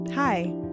Hi